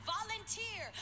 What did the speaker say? Volunteer